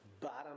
bottom